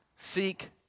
Seek